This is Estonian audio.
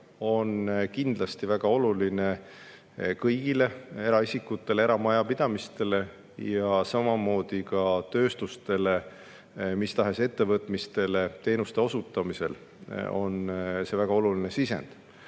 on kindlasti väga oluline kõigile eraisikutele, eramajapidamistele. Ja ka tööstustele, mistahes ettevõtmistele, teenuste osutamisel on see väga oluline sisend.